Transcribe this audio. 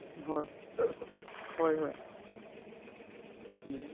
ꯍꯣꯏ ꯍꯣꯏ ꯍꯣꯏ ꯎꯝ